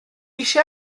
eisiau